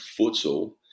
futsal